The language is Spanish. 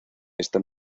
esta